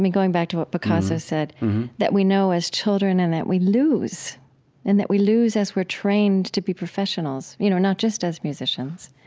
going back to what picasso said that we know as children and that we lose and that we lose as we're trained to be professionals, you know, not just as musicians,